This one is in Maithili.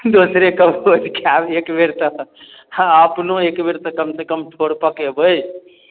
दोसरे के भोज खायब एकबेर तऽ हॅं अपनो एकबेर तऽ कमसँ कम ठोर पकेबै